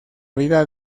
vida